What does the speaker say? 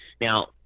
Now